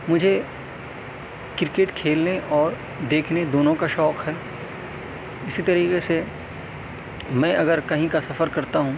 مجھے کرکٹ کھیلنے اور دیکھنے دونوں کا شوق ہے اسی طریقہ سے میں اگر کہیں کا سفر کرتا ہوں